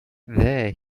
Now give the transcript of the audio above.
there